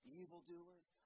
evildoers